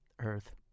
Earth